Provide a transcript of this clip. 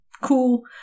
cool